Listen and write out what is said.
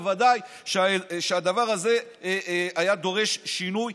בוודאי שהדבר הזה דורש שינוי.